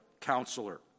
counselor